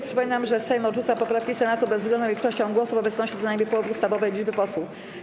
Przypominam, że Sejm odrzuca poprawki Senatu bezwzględną większością głosów w obecności co najmniej połowy ustawowej liczby posłów.